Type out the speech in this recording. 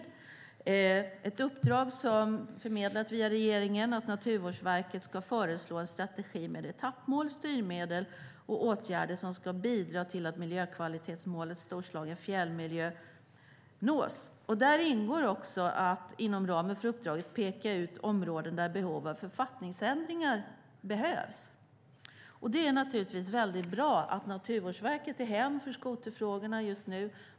Det är ett uppdrag som har förmedlats via regeringen om att Naturvårdsverket ska föreslå en strategi med etappmål, styrmedel och åtgärder som ska bidra till att miljökvalitetsmålet Storslagen fjällmiljö nås. Där ingår också att, inom ramen för uppdraget, peka ut områden där behov av författningsändringar finns. Det är naturligtvis väldigt bra att Naturvårdsverket är hemvist för skoterfrågorna just nu.